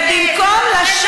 ולכן אני פה בכנסת,